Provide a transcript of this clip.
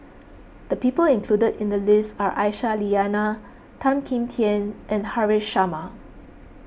the people included in the list are Aisyah Lyana Tan Kim Tian and Haresh Sharma